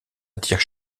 attire